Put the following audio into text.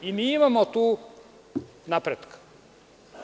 Mi imamo tu napretka.